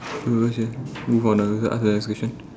don't know sia move on ah ask the next question